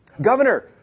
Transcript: governor